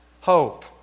hope